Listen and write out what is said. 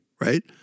right